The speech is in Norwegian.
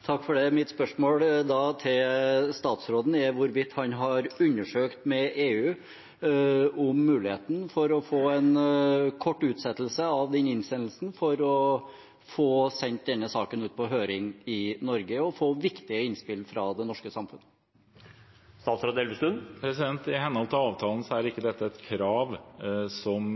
å få en kort utsettelse av innsendingsfristen for å få sendt denne saken på høring i Norge og få viktige innspill fra det norske samfunn. I henhold til avtalen er ikke dette et krav som